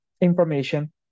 information